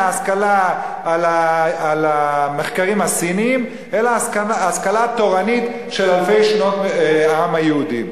השכלה על המחקרים הסיניים אלא השכלה תורנית של אלפי שנות העם היהודי.